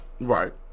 Right